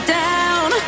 down